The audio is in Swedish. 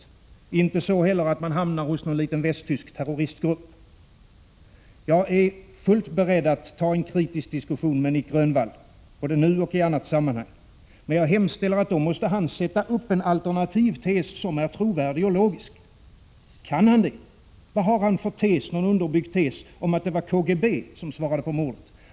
Man hamnar heller inte hos någon liten västtysk terroristgrupp. Jag är fullt beredd att ta en kritisk diskussion med Nic Grönvall både nu och i annat sammanhang, men jag hemställer att han då sätter upp en trovärdig och logisk alternativ tes. Kan han det? Vad har han för en underbyggd tes om att det var KGB som svarade för mordet?